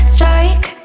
Strike